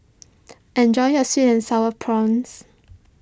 enjoy your Sweet and Sour Prawns